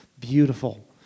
beautiful